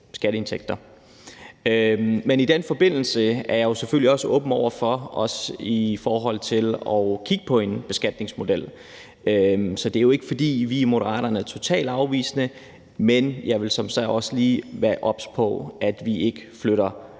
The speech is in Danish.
Men i den forbindelse er jeg selvfølgelig også åben over for at kigge på en beskatningsmodel. Så det er jo ikke, fordi vi i Moderaterne er totalt afvisende, men jeg vil som sagt også lige være obs på, at vi ikke flytter